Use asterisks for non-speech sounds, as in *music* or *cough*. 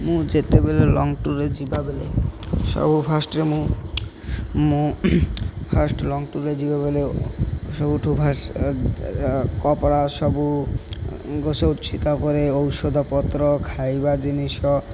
ମୁଁ ଯେତେବେଳେ ଲଙ୍ଗ୍ ଟୁର୍ରେ ଯିବା ବଲେ ସବୁ ଫାଷ୍ଟ୍ରେ ମୁଁ ମୁଁ ଫାଷ୍ଟ୍ କପଡ଼ା ସବୁ *unintelligible* ତା'ପରେ ଔଷଧ ପତ୍ର ଖାଇବା ଜିନିଷ